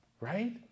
right